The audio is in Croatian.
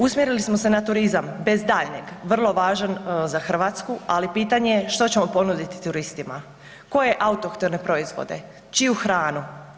Usmjerili smo se na turizam, bez daljnjeg vrlo važan za Hrvatsku, ali pitanje je što ćemo ponuditi turistima, koje autohtone proizvode, čiju hranu?